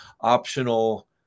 optional